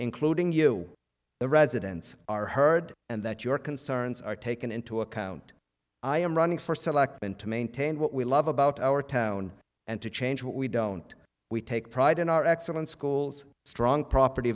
including you the residents are heard and that your concerns are taken into account i am running for selectman to maintain what we love about our town and to change what we don't we take pride in our excellent schools strong property